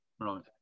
right